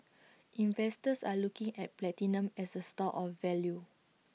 investors are looking at platinum as A store of value